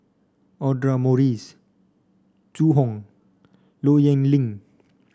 Audra Morrice Zhu Hong Low Yen Ling